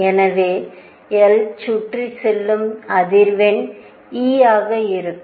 எனவே l சுற்றி செல்லும் அதிர்வெண் e ஆக இருக்கும்